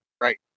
Right